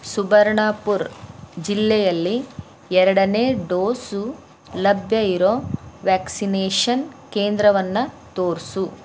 ಸುಬರ್ಣಪುರ್ ಜಿಲ್ಲೆಯಲ್ಲಿ ಎರಡನೆ ಡೋಸು ಲಭ್ಯ ಇರೋ ವ್ಯಾಕ್ಸಿನೇಷನ್ ಕೇಂದ್ರವನ್ನು ತೋರಿಸು